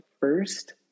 first